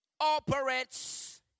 operates